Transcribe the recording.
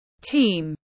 team